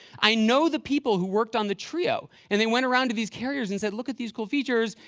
i know the people who worked on the treo. and they went around to these carriers and said, look at these cool features.